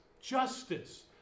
justice